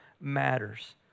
matters